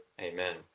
Amen